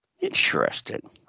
Interesting